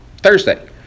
Thursday